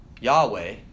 Yahweh